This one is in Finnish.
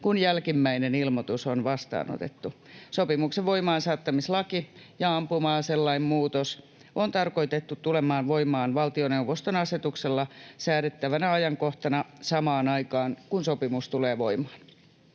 kun jälkimmäinen ilmoitus on vastaanotettu. Sopimuksen voimaansaattamislaki ja ampuma-aselain muutos on tarkoitettu tulemaan voimaan valtioneuvoston asetuksella säädettävänä ajankohtana samaan aikaan kun sopimus tulee voimaan.